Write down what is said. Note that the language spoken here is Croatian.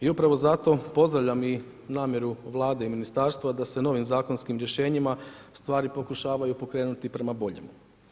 I upravo zato pozdravljam i namjeru Vlade i ministarstva da se novim zakonskim rješenjima stvari pokušavaju pokrenuti prema boljima.